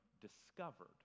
discovered